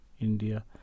India